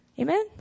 amen